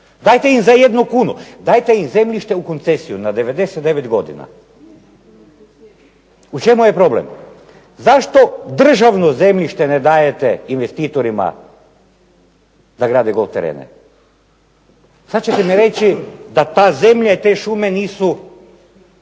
dajte im za jednu kunu, dajte im zemljište u koncesiju na 99 godina. U čemu je problem, zašto državno zemljište ne dajete investitorima da grade golf terene? Sad ćete mi reći da ta zemlja i te šume nisu